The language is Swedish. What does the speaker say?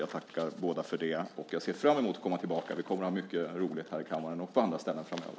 Jag tackar båda för det. Jag ser fram emot att komma tillbaka. Vi kommer att ha mycket roligt i kammaren och på andra ställen framöver.